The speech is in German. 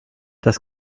das